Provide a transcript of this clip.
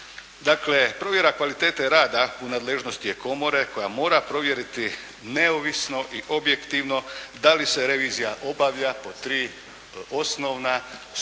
Dakle, provjera kvalitete rada u nadležnosti je komore koja mora provjeriti neovisno i objektivno da li se revizija obavlja po 3 osnovna